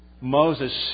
Moses